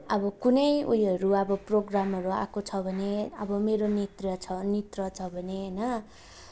अब कुनै उयोहरू अब प्रोग्रामहरू आएको छ भने अब मेरो नृत्य छ नृत्य छ भने होइन